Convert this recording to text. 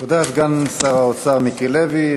תודה, סגן שר האוצר מיקי לוי.